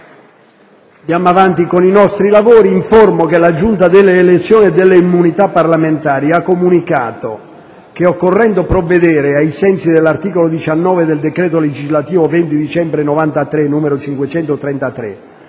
una nuova finestra"). Informo che la Giunta delle elezioni e delle immunità parlamentari ha comunicato che, occorrendo provvedere ai sensi dell'articolo 19 del decreto legislativo 20 dicembre 1993, n. 533,